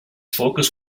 focus